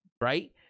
right